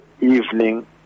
evening